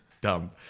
dumb